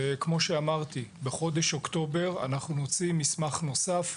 כמו שאמרתי, בחודש אוקטובר אנחנו נוציא מסמך נוסף,